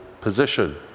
position